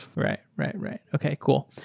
right. right. right. okay, cool.